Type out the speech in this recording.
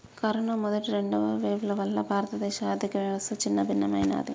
corona మొదటి, రెండవ వేవ్ల వల్ల భారతదేశ ఆర్ధికవ్యవస్థ చిన్నాభిన్నమయ్యినాది